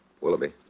Willoughby